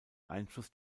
einfluss